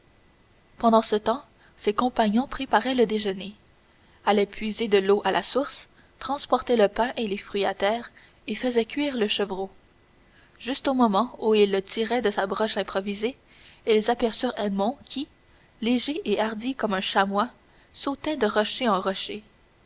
pendant ce temps ses compagnons préparaient le déjeuner allaient puiser de l'eau à la source transportaient le pain et les fruits à terre et faisaient cuire le chevreau juste au moment où ils le tiraient de sa broche improvisée ils aperçurent edmond qui léger et hardi comme un chamois sautait de rocher en rocher